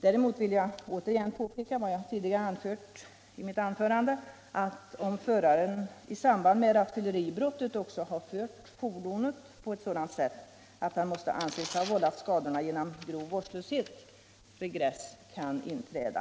Däremot vill jag återigen påpeka vad jag tidigare framhållit i mitt anförande, nämligen att om föraren i samband med rattfylleribrottet också har fört fordonet på ett sådant sätt att han måste anses ha vållat skadorna genom grov vårdslöshet, kan regress inträda.